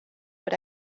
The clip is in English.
but